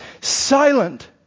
Silent